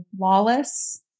lawless